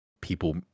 people